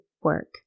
work